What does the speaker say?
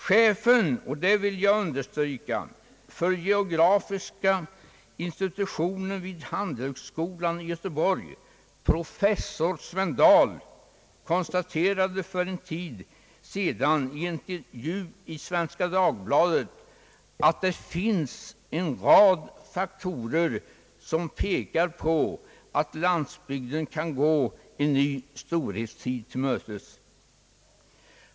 Chefen för geografiska institutionen vid handelshögskolan i Göteborg, professor Sven Dahl, konstaterade för en tid sedan i en intervju i Svenska Dagbladet att det finns en rad faktorer som pekar på att landsbygden kan gå en ny storhetstid till mötes.